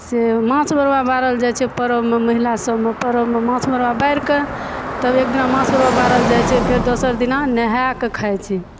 से माछ मरुआ बारल जाइ छै परवमे महिला सबमे परवमे माछ मरुआ तब एक दिना माछ मरुआ बारल जाइ छै फेर दोसर दिना नहाइ खाइ छै